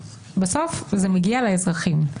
בסוף זה מגיע לאזרחים.